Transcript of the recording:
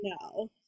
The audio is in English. no